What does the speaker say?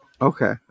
okay